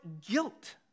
guilt